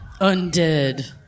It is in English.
undead